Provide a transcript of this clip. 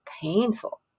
painful